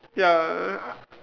ya